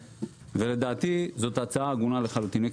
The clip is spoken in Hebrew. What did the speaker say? לדעתי זאת הצעה הגונה לחלוטין.